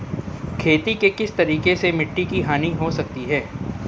खेती के किस तरीके से मिट्टी की हानि हो सकती है?